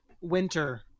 winter